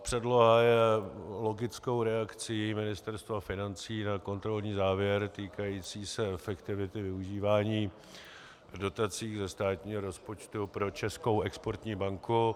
Předloha je logickou reakcí Ministerstva financí na kontrolní závěr týkající se efektivity využívání dotací ze státního rozpočtu pro Českou exportní banku.